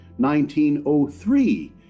1903